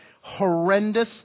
horrendous